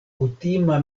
kutima